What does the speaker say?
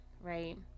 right